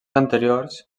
anteriors